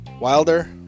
Wilder